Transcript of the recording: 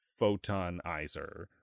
Photonizer